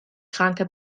kranke